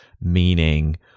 meaning